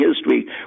history